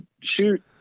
shoot